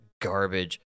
garbage